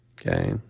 Okay